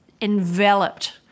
enveloped